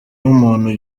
w’umuntu